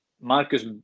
marcus